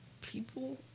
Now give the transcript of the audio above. people